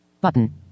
Button